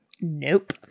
Nope